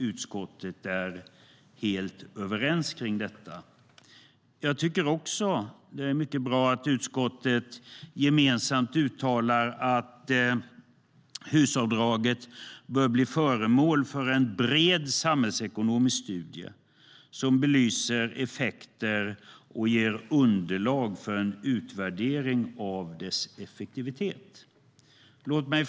Utskottet är helt överens kring detta. Jag tycker också att det är mycket bra att utskottet gemensamt uttalar att HUS-avdraget bör bli föremål för en bred samhällsekonomisk studie som belyser effekter och ger underlag för en utvärdering av dess effektivitet. Fru talman!